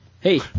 Hey